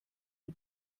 die